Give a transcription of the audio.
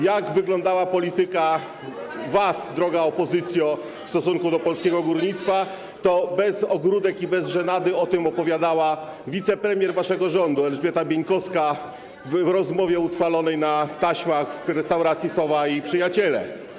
Jak wyglądała wasza polityka, droga opozycjo, w stosunku do polskiego górnictwa, bez ogródek i żenady opowiadała wicepremier waszego rządu Elżbieta Bieńkowska w rozmowie utrwalonej na taśmach w restauracji Sowa i Przyjaciele.